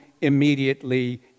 immediately